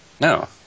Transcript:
No